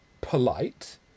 polite